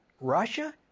Russia